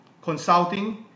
consulting